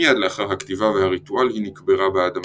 מיד לאחר הכתיבה והריטואל, היא נקברה באדמה.